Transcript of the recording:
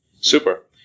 Super